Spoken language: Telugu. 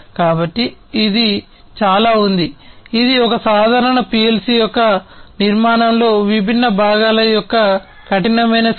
కాబట్టి ఇది చాలా ఉంది ఇది ఒక సాధారణ PLC యొక్క నిర్మాణంలో విభిన్న భాగాల యొక్క కఠినమైన స్కెచ్